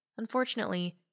Unfortunately